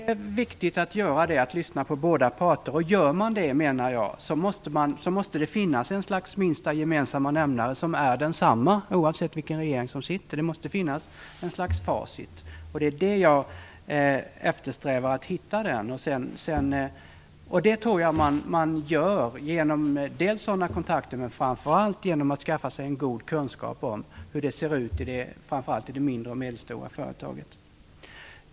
Herr talman! Jo, det är viktigt att lyssna på båda parterna, men det måste då finnas en minsta gemensamma nämnare som är densamma oavsett sittande regering. Det måste finnas ett slags facit. Det är det som jag eftersträvar att hitta. Jag tror att man gör det dels genom kontakter, dels genom att skaffa sig goda kunskaper framför allt om hur det ser ut i de mindre och medelstora företagen.